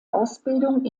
ausbildung